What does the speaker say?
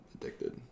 addicted